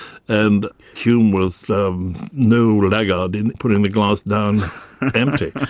and hume was um no laggard in putting the glass down empty.